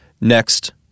Next